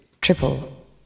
Triple